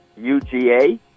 UGA